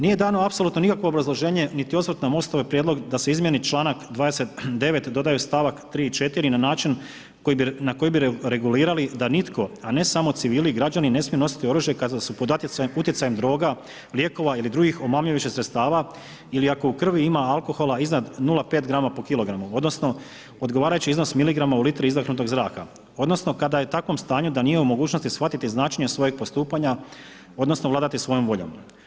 Nije dano apsolutno nikakvo obrazloženje, niti osvrt na Mostov prijedlog da se izmijeni članak 29. dodaju stavak 3. i 4. na način na koji bi regulirali da nitko, a ne samo civili i građani ne smiju nositi oružje kada su pod utjecajem droga, lijekova ili drugih omamljujućih sredstava ili ako u krvi ima alkohola iznad 0,5 grama po kilogramu odnosno odgovarajući iznos miligrama u litri izdahnutog zraka odnosno kada je u takvom stanju da nije u mogućnosti shvatiti značenje svojeg postupanja odnosno vladati svojom voljom.